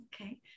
okay